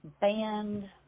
band